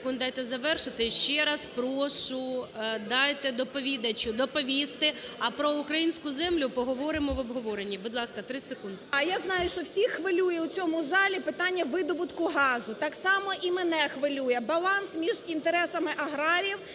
дайте завершити. Ще раз прошу, дайте доповідачу доповісти, а про українську землю поговоримо в обговоренні. Будь ласка, 30 секунд.